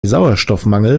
sauerstoffmangel